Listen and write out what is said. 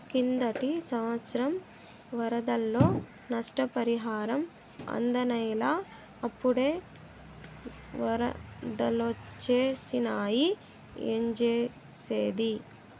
కిందటి సంవత్సరం వరదల్లో నష్టపరిహారం అందనేలా, అప్పుడే ఒరదలొచ్చేసినాయి ఏంజేసేది